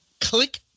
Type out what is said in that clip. click